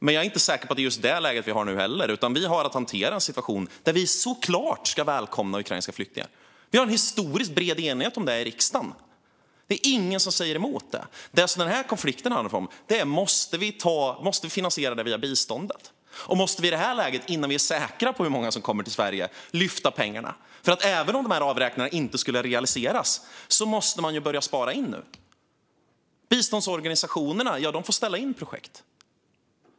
Jag är dock inte så säker på att vi är i det läget, utan vi har att hantera en situation där vi givetvis ska välkomna ukrainska flyktingar. Vi har en historiskt bred enighet om detta i riksdagen; det är ingen som säger emot. Det denna konflikt handlar om är om vi måste finansiera detta via biståndet. Och måste vi i detta läge, innan vi är säkra på hur många som kommer till Sverige, lyfta pengarna? Även om avräkningarna inte realiseras måste man börja spara in nu. Biståndsorganisationerna får ställa in projekt.